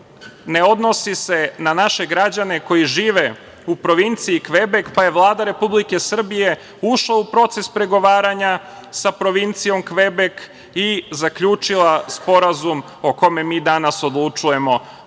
ne odnosi se na naše građane koji žive u provinciji Kvebek, pa je Vlada Republike Srbije ušla u proces pregovaranja sa provincijom Kvebek i zaključila sporazum o kome mi danas odlučujemo. Ovim